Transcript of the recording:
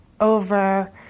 over